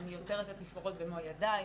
אני יוצרת את התפאורות במו ידיי,